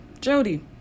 Jody